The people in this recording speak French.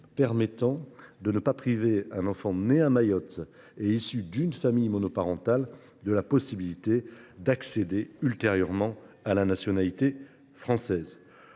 permettant de ne pas priver un enfant né à Mayotte et issu d’une famille monoparentale de la possibilité d’accéder ultérieurement à la nationalité française.